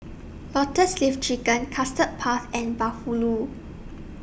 Lotus Leaf Chicken Custard Puff and Bahulu